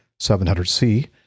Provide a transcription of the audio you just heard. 700C